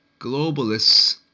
Globalists